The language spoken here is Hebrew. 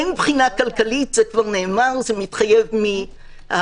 אין בחינה כלכלית זה כבר נאמר זה מתחייב מהנחיית